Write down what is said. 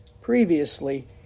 previously